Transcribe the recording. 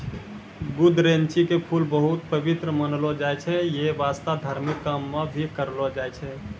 गुदरैंची के फूल बहुत पवित्र मानलो जाय छै यै वास्तं धार्मिक काम मॅ भी करलो जाय छै